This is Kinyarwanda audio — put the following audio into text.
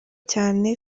cyane